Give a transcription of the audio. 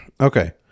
okay